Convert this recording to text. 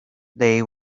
they